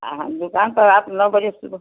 आ हाँ दुकान तो आठ नौ बजे शुरू